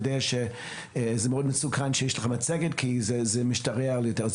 יודע שזה מאוד מסוכן שיש לך מצגת כי זה משתרע על יותר זמן.